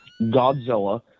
Godzilla